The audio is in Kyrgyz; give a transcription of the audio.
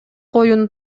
коюуну